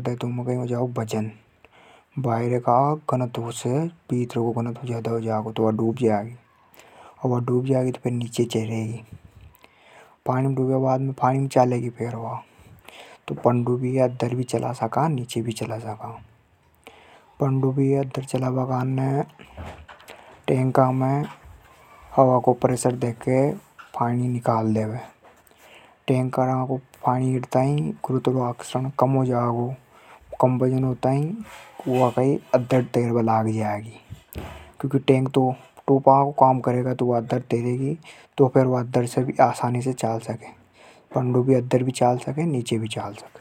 दें। उमे वजन हो जागो तो वा डूब जागी। पनडुब्बी पानी में अंदर चला सका। पनडुब्बी पानी के ऊपर भी चला सका। पनडुब्बी ऊपर भी चला सका और नीचे भी चला सका।